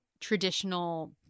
traditional